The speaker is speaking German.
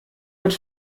mit